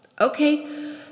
Okay